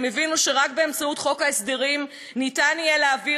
הם הבינו שרק באמצעות חוק ההסדרים אפשר יהיה להעביר